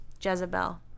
Jezebel